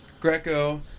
Greco